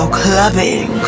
clubbing